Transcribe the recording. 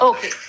Okay